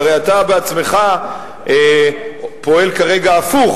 שהרי אתה בעצמך פועל כרגע הפוך,